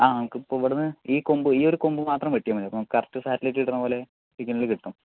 ആ നമുക്ക് ഇപ്പോൾ ഇവിടുന്ന് ഈ കൊമ്പ് ഈ ഒരു കൊമ്പ് മാത്രം വെട്ടിയാൽ മതി കറക്റ്റ് സാറ്റലൈറ്റ് കിട്ടുന്ന പോലെ സിഗ്നൽ കിട്ടും